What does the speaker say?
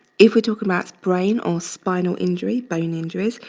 if we're talking about brain or spinal injury, bone injuries,